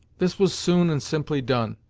this was soon and simply done,